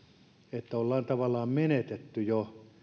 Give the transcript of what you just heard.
että heidät on tavallaan menetetty